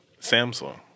Samsung